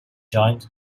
joined